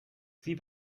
sie